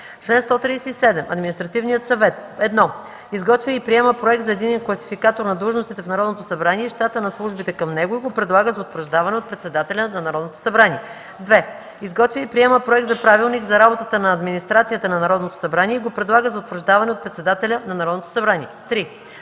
137. Административният съвет: 1. изготвя и приема проект за единен класификатор на длъжностите в Народното събрание и щата на службите към него и го предлага за утвърждаване от председателя на Народното събрание; 2. изготвя и приема проект на правилник за работата на администрацията на Народното събрание и го предлага за утвърждаване от председателя на Народното събрание; 3.